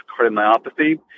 cardiomyopathy